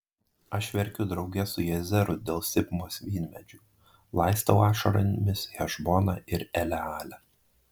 aš verkiu drauge su jazeru dėl sibmos vynmedžių laistau ašaromis hešboną ir elealę